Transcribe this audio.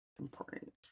important